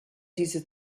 diese